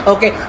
Okay